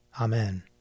Amen